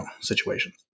situations